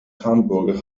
hamburger